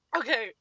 okay